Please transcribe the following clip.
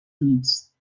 units